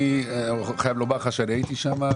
אני חייב לומר לך שאני הייתי שם.